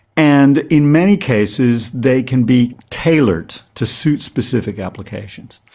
and in many cases they can be tailored to suit specific applications.